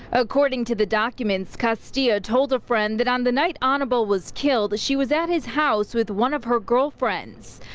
according to the documents, castilla told a friend that on the night ah hannibal was killed, she was at his house with one of her girlfriends.